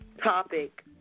Topic